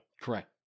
Correct